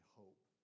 hope